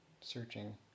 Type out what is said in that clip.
Searching